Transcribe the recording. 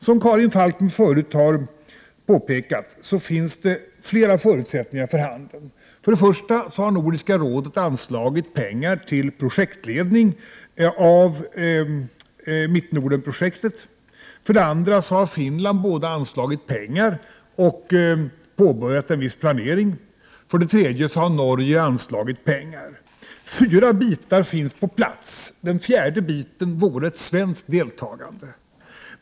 Som Karin Falkmer tidigare har påpekat finns det fler förutsättningar för handel. För det första har Nordiska rådet anslagit pengar till projektledning för Mittnordenprojektet. För det andra har Finland både anslagit pengar och påbörjat en viss planering. För det tredje har Norge anslagit pengar. Tre bitar finns på plats, den fjärde biten vore ett svenskt deltagande.